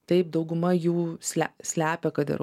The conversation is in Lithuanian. taip dauguma jų sle slepia kad yra